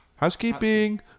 Housekeeping